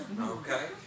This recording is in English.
Okay